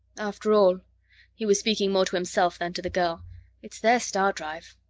after all he was speaking more to himself than to the girl it's their star-drive.